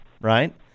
right